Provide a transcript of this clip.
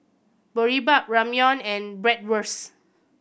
Boribap Ramyeon and Bratwurst